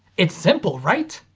it's simple, right?